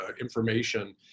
information